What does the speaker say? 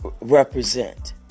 represent